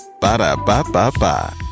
Ba-da-ba-ba-ba